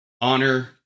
honor